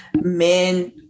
men